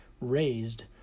raised